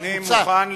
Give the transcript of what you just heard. אני מוכן לקבל,